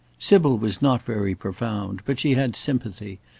sybil was not very profound, but she had sympathy,